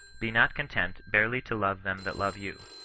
be not content barely to love them that love you.